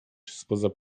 spoza